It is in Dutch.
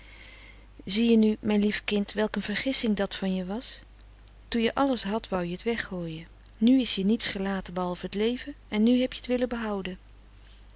zie je nu mijn lief kind welk een vergissing dat van je was toen je alles had wou je t weggooien nu is je niets gelaten behalve t leven en nu heb je t willen behouden